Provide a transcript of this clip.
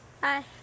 hi